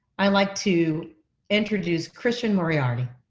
i'd like to introduce christian moriarty.